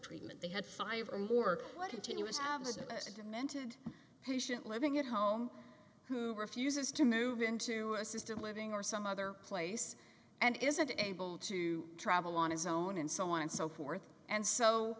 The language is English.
treatment they had five or more what until you have a demented patient living at home who refuses to move into assisted living or some other place and isn't able to travel on his own and so on and so forth and so